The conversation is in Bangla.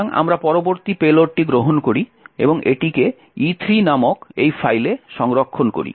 সুতরাং আমরা পরবর্তী পেলোডটি গ্রহণ করি এবং এটিকে E3 নামক এই ফাইলে সংরক্ষণ করি